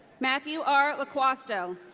matthew r. loquasto.